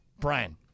Brian